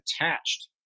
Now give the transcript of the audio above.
attached